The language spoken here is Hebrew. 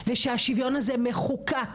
ושהשוויון הזה מחוקק